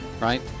Right